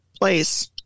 place